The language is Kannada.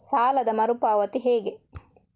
ಸಾಲದ ಮರು ಪಾವತಿ ಹೇಗೆ?